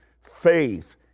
faith